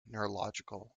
neurological